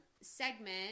segment